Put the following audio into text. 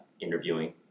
interviewing